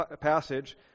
passage